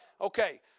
Okay